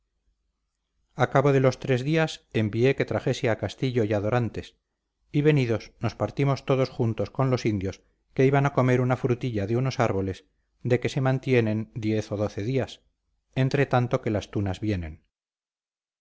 cabo de los tres días envié que trajese a castillo y a dorantes y venidos nos partimos todos juntos con los indios que iban a comer una frutilla de unos árboles de que se mantienen diez o doce días entretanto que las tunas vienen